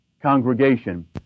congregation